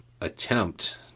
attempt